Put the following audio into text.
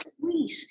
sweet